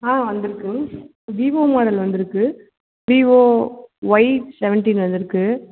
ஆ வந்துருக்குது Vivo model வந்துருக்குது Vivo Y seventeen வந்துருக்குது